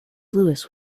lewis